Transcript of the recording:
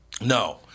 no